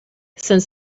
since